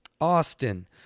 austin